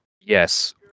Yes